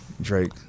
Drake